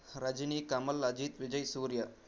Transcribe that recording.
Rajini Kamal Ajith Vijay Surya